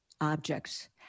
objects